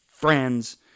friends